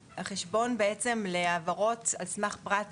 חשבון להעברות על סמך פרט מזהה,